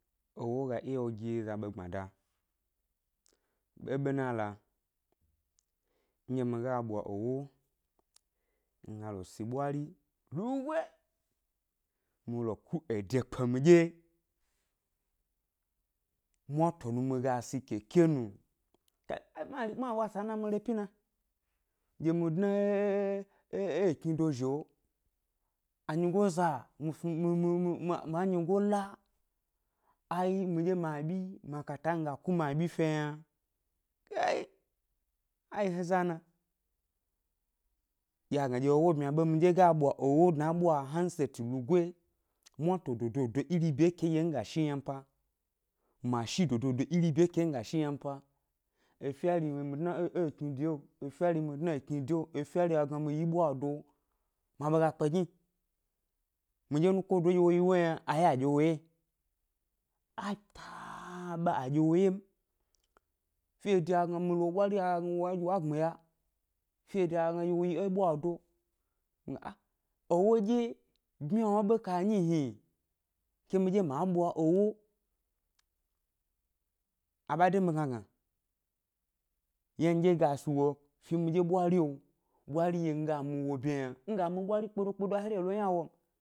Ewo ga iya wo gi za ɓegbmada, é ɓena loa, nɗye mi ga ɓwa ewo, mi ga lo si ɓwari lugoyi, mi lo ku ede kpe miɗye, mwato nu mi ga si, keke nu hai kai, ma ɓwa sa ena mi re ʻpyi na, ɗye mi dna e e e ékni dozhi lo, anyigoza, mi snu ma nyigo la, ai midye mi aɓyi, makata mi ga ku mi abyi fi lo yna, ei, a yì he za na, ɗye a gna ɗye ewo bmya ʻɓe m, miɗye ga ɓwa ewo dna é ʻbwa handset lugoyi, mwato dododo iri bye e ke ndye mi ga shim yna m pa, mashi dodod iri bye eke ndye mi ga shim yna m pa, efe ari mi dna e ekni deo, efeari mi dna ekni deo, efeari a gna mi yi e ɓwa do, ma ɓe ga kpe gni, midye nukodo ndye wo yi wo yi yna a ye a dye wo ʻwye, a taba a dye wo wye m, fede agna mi lo wo ɓwari a gna dye wa gbmiya, fede a gna wo yi é ɓwado, ah, ewo dye bmya wna ɓe ka nyi hni, ke midye ma bwa ewo, a ɓa de mi gna-gna, yna miɗye ga si wo fi é miɗye ɓwario, ɓwari nɗye mi ga mi wo bye yna, mi ga mi ɓwari kped-kpedo hari è lo ynawo m